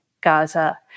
Gaza